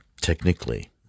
technically